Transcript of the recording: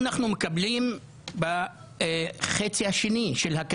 לדעתי עם יש עתיד.